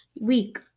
week